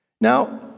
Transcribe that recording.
Now